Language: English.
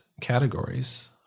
categories